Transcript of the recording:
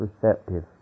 receptive